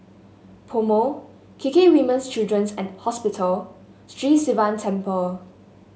PoMo K K Women's Children's Hospital Sri Sivan Temple